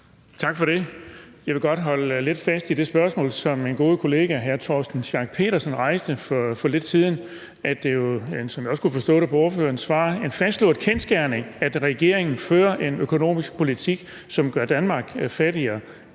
Tak for det. Jeg vil godt holde lidt fast i det spørgsmål, som min gode kollega hr. Torsten Schack Pedersen rejste for lidt siden, i forhold til at det jo – som jeg også kan forstå på ordføreren – er en fastslået kendsgerning, at regeringen fører en økonomisk politik, som gør Danmark fattigere.